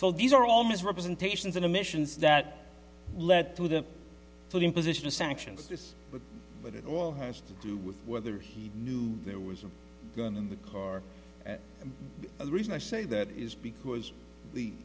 so these are all misrepresentations in emissions that led to the imposition of sanctions this but but it all has to do with whether he knew there was a gun in the car and the reason i say that is because the